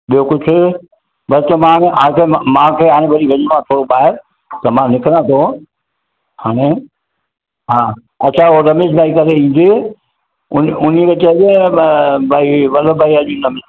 ॿियो कुझु बसि त मां मूंखे हाणे वरी वञिणो आहे थोरो ॿाहिरि त मां निकिरा थो हाणे हा अच्छा हो रमेश भई करे ईंदे उन उ चइजे उन्हीअ भई वल्लभ भई अॼु